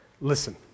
Listen